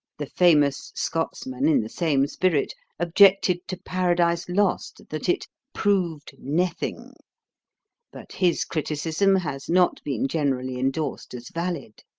the famous scotsman, in the same spirit, objected to paradise lost that it proved naething but his criticism has not been generally endorsed as valid.